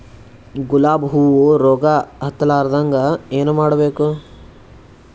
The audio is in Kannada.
ಗುಲಾಬ್ ಹೂವು ರೋಗ ಹತ್ತಲಾರದಂಗ ಏನು ಮಾಡಬೇಕು?